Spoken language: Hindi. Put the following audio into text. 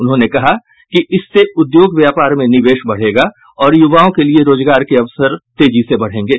उन्होंने कहा कि इससे उद्योग व्यापार में निवेश बढ़ेगा और युवाओं के लिए रोजगार के अवसर तेजी से बढ़ेंगे